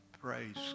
Praise